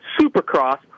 Supercross